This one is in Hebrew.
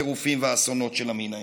הטירופים והאסונות של המין האנושי.